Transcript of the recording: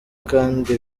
kandi